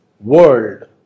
world